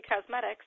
Cosmetics